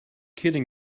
kidding